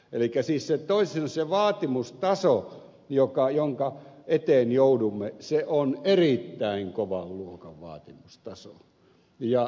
elikkä siis toisin sanoen se vaatimustaso jonka eteen joudumme on erittäin kovan luokan vaatimustaso